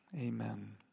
amen